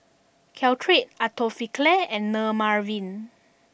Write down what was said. Caltrate Atopiclair and Dermaveen